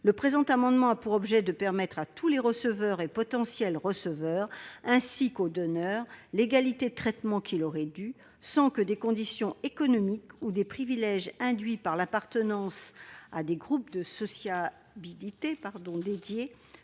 Le présent amendement a pour objet de garantir à tous les receveurs et potentiels receveurs, ainsi qu'aux donneurs, l'égalité de traitement qui leur est due, sans que des conditions économiques ou des privilèges induits par l'appartenance à des groupes de sociabilité dédiés